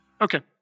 Okay